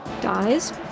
dies